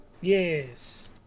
Yes